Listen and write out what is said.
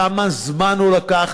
כמה זמן הוא לקח,